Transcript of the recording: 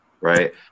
right